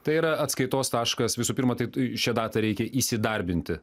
tai yra atskaitos taškas visų pirma tai šią datą reikia įsidarbinti